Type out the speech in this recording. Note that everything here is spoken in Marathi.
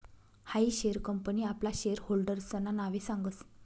हायी शेअर कंपनी आपला शेयर होल्डर्सना नावे सांगस